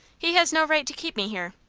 he has no right to keep me here.